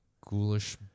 ghoulish